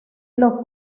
los